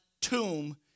tomb